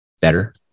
better